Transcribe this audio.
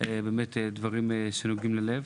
אלה באמת דברים שנוגעים ללב.